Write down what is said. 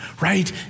Right